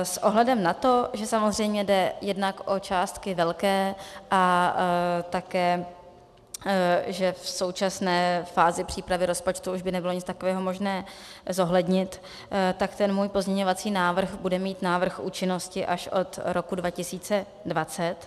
S ohledem na to, že samozřejmě jde jednak o částky velké a také že v současné fázi přípravy rozpočtu už by nebylo nic takového možné zohlednit, tak můj pozměňovací návrh bude mít návrh účinnosti až od roku 2020.